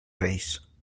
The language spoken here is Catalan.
reis